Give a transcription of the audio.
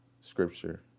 scripture